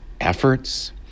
Efforts